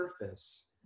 surface